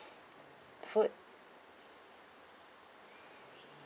food